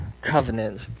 Covenant